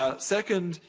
ah second,